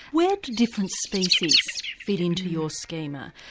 where do different species fit into your schema?